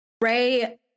Ray